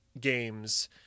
games –